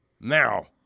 Now